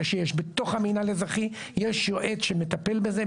שיש בתוך המינהל האזרחי יש יועץ שמטפל בזה,